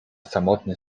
samotny